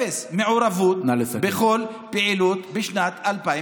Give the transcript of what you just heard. אפס, מעורבות בכל פעילות בשנת 2020?